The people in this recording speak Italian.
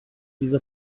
vive